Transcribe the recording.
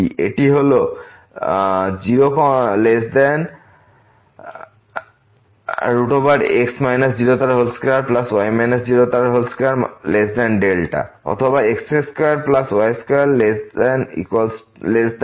এটি হল 0 22δ অথবা x2y22